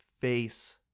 face